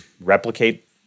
replicate